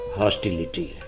hostility